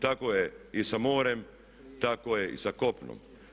Tako je i sa morem, tako je i sa kopnom.